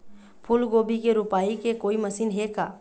फूलगोभी के रोपाई के कोई मशीन हे का?